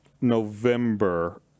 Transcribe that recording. November